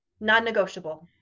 non-negotiable